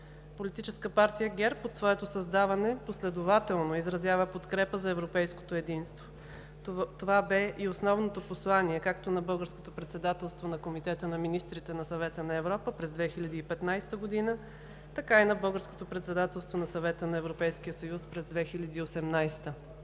Политическа партия ГЕРБ от своето създаване последователно изразява подкрепа за европейското единство. Това бе и основното послание както на Българското председателство на Комитета на министрите на Съвета на Европа през 2015 г., така и на Българското председателство на Съвета на Европейския съюз през 2018 г.